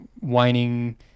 whining